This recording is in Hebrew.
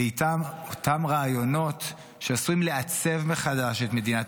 ואיתם אותם רעיונות שעשויים לעצב מחדש את מדינת